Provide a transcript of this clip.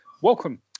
welcome